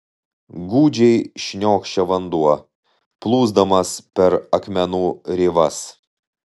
gūdžiai šniokščia vanduo plūsdamas per akmenų rėvas